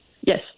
Yes